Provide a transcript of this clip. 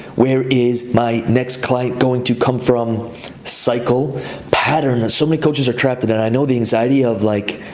where is my next client going to come from cycle pattern that so many coaches are trapped in, and i know the anxiety of like,